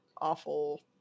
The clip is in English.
awful